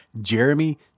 Jeremy